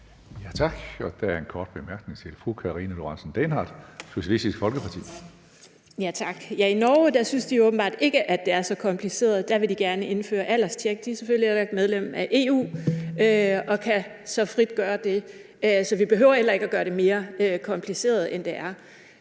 Tak. Der er en kort bemærkning til fru Karina Lorentzen Dehnhardt, Socialistisk Folkeparti. Kl. 15:29 Karina Lorentzen Dehnhardt (SF): Tak. I Norge synes de åbenbart ikke, det er så kompliceret. Der vil de gerne indføre alderstjek. De er selvfølgelig heller ikke medlem af EU og kan så frit gøre det. Vi behøver heller ikke gøre det mere kompliceret, end det er,